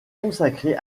consacrée